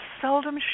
seldom